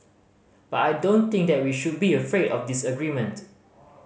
but I don't think that we should be afraid of disagreement